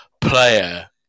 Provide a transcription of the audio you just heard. player